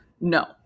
No